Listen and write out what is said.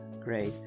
Great